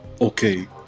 Okay